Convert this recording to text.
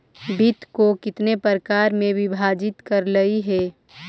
वित्त को कितने प्रकार में विभाजित करलइ हे